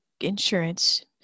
insurance